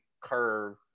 curve